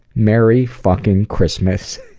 merry fucking christmas.